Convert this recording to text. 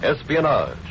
espionage